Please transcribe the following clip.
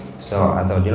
so i thought,